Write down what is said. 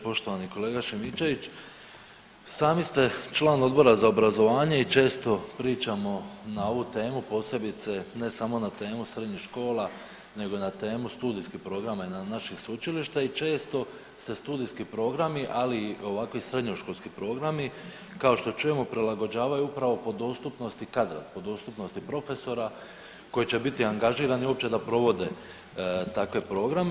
Poštovani kolega Šimičević sami ste član Odbora za obrazovanje i često pričamo na ovu temu posebice ne samo na temu srednjih škola, nego i na temu studijskih programa na našim sveučilištima i često se studijski programi ali i ovakvi srednjoškolski programi kao što čujemo prilagođavaju upravo po dostupnosti kadra, po dostupnosti profesora koji će biti angažirani uopće da provode takve programe.